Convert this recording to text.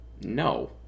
No